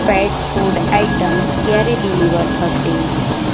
પેટ food items ક્યારે deliver થશે